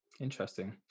Interesting